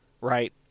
right